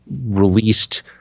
released